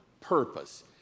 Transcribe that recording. purpose